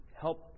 help